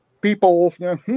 people